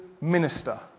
minister